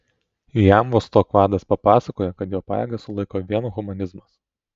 jam vostok vadas papasakojo kad jo pajėgas sulaiko vien humanizmas